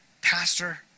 Pastor